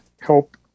help